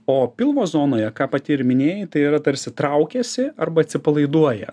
o pilvo zonoje ką pati ir minėjai tai yra tarsi traukiasi arba atsipalaiduoja